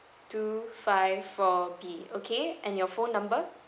two five four B okay and your phone number